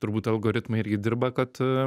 turbūt algoritmai irgi dirba kad